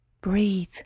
Breathe